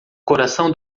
coração